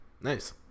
Nice